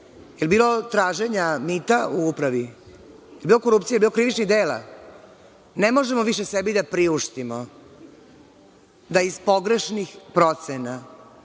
Je li bilo traženja mita u upravi? Je li bilo korupcije, bilo krivičnih dela? Ne možemo više sebi da priuštimo da iz pogrešnih procena